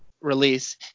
release